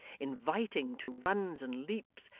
inviting to runs and leaps,